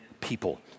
people